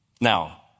Now